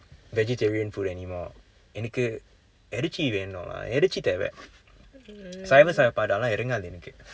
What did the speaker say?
vegetarian food anymore எனக்கு இறைச்சி வேணும் இறைச்சி தேவை சைவம் சாப்பாடு எல்லாம் இறங்காது எனக்கு:enakku iracchi vaenum iracchi thevai saivam sappadu ellam irangathu enakku